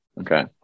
okay